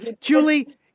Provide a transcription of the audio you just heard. Julie